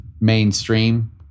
mainstream